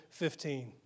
15